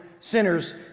sinners